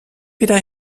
wieder